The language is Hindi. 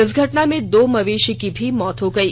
इस घटना में दो मवेशी की भी मौत हो गयी